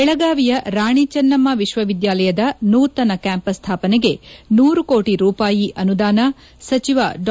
ಬೆಳಗಾವಿಯ ರಾಣಿ ಚನ್ನಮ್ಮ ವಿಶ್ವವಿದ್ಯಾಲಯದ ನೂತನ ಕ್ಯಾಂಪಸ್ ಸ್ವಾಪನೆಗೆ ನೂರು ಕೋಟಿ ರೂಪಾಯಿ ಅನುದಾನ ಸಚಿವ ಡಾ